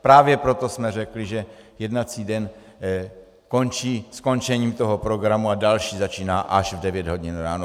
Právě proto jsme řekli, že jednací den končí skončením toho programu a další začíná až v devět hodin ráno.